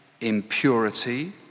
impurity